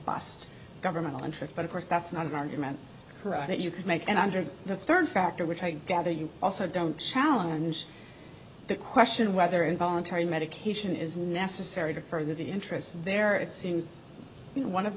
robust governmental interest but of course that's not an argument that you could make and under the rd factor which i gather you also don't challenge the question of whether involuntary medication is necessary to further the interests there it seems you know one of